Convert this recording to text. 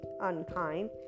unkind